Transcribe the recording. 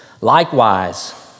likewise